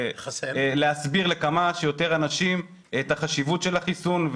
להסביר לכמה שיותר אנשים את החשיבות של החיסון,